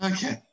Okay